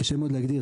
קשה מאוד להגדיר.